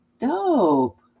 Dope